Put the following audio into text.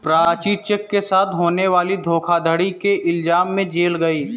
Prachi cheque के साथ होने वाली धोखाधड़ी के इल्जाम में जेल गई